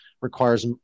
requires